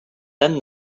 then